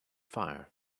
fire